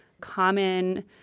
common